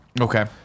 Okay